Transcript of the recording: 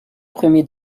premiers